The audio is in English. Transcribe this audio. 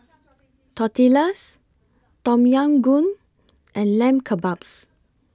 Tortillas Tom Yam Goong and Lamb Kebabs